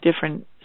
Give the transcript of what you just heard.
different